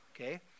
okay